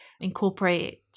incorporate